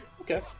Okay